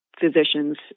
physicians